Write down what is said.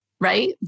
right